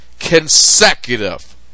consecutive